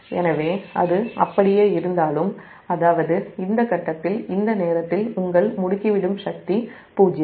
எனவே அது அப்படியே இருந்தாலும் இந்த ஃபேஸ்ல் இந்த நேரத்தில் உங்கள் முடுக்கிவிடும் சக்தி 0